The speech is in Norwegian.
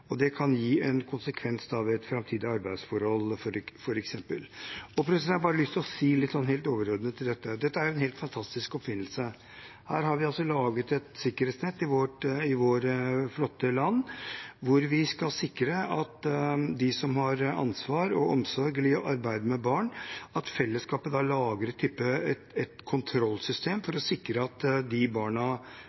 at det kan rapporteres hvorvidt de er siktet, tiltalt, dømt osv. for seksualforbrytelser. Det kan gi en konsekvens ved et framtidig arbeidsforhold, f.eks. Jeg har bare lyst til å si helt overordnet til dette: Dette er en helt fantastisk oppfinnelse. Her har vi laget et sikkerhetsnett i vårt flotte land hvor vi skal sikre at for dem som har ansvar og omsorg ved å arbeide med barn, lager fellesskapet et kontrollsystem for å sikre at barna